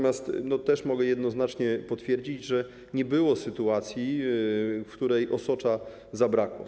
Mogę jednoznacznie potwierdzić, że nie było sytuacji, w której osocza zabrakło.